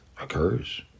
occurs